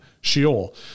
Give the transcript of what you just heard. Sheol